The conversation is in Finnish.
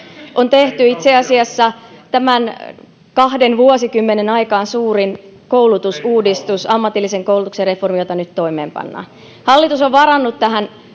on tehty itse asiassa kahteen vuosikymmeneen suurin koulutusuudistus ammatillisen koulutuksen reformi jota nyt toimeenpannaan hallitus on varannut